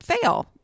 fail